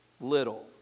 little